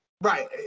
Right